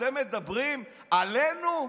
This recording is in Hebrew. אתם מדברים עלינו?